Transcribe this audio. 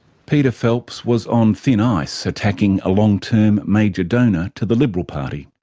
peter phelps was on thin ice attacking a long term major donor to the liberal party.